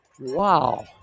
Wow